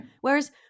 Whereas